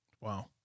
Wow